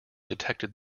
detected